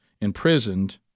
imprisoned